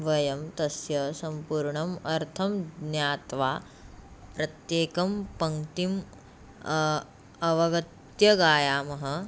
वयं तस्य सम्पूर्णम् अर्थं ज्ञात्वा प्रत्येकं पङ्क्तिम् अवगत्य गायामः